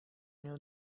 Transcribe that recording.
know